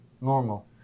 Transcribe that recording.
Normal